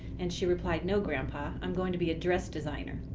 and she replied, no grandpa, i'm going to be a dress designer.